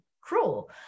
cruel